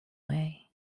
way